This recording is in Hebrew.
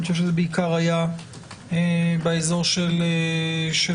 אני חושב שזה בעיקר היה באזור של הרשות,